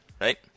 right